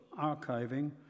archiving